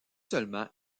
seulement